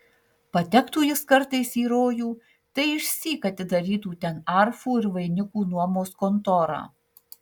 patektų jis kartais į rojų tai išsyk atidarytų ten arfų ir vainikų nuomos kontorą